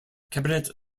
cabinet